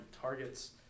targets